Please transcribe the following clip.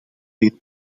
veel